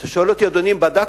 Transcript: אתה שואל אותי, אדוני, אם בדקתי?